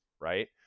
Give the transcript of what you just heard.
Right